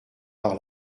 par